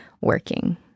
working